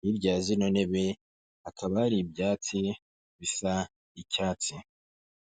hirya ya zino ntebe akaba ari ibyatsi bisa'icyatsi.